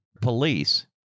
Police